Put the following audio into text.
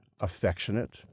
affectionate